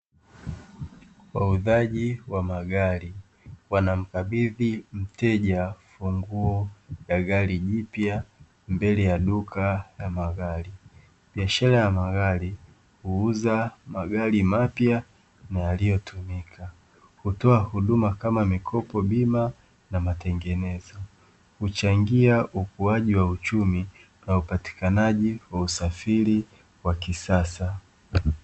Wauzaji wa magari wanamkabidhi mteja funguo ya gari jipya mbele ya duka la magari, biashara ya magari huuza magari mapya na yaliyotumika hutoa huduma kama mikopo bima na matengenezo, huchangia ukuaji wa uchumi na upatikanaji wa usafiri wa kisasa.